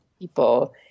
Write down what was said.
people